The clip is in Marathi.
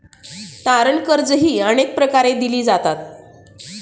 तारण कर्जेही अनेक प्रकारे दिली जातात